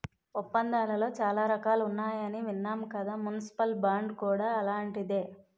ఒప్పందాలలో చాలా రకాలున్నాయని విన్నాం కదా మున్సిపల్ బాండ్ కూడా అలాంటిదే